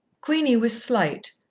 queenie was slight,